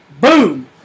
boom